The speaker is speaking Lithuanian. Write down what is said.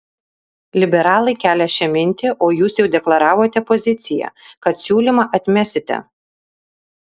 liberalai kelią šią mintį o jūs jau deklaravote poziciją kad siūlymą atmesite